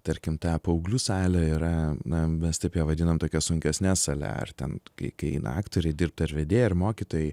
tarkim ta paauglių salė yra na mes taip ją vadinam tokia sunkesne sale ar ten kai kai eina aktoriai dirbt ar vedėjai ar mokytojai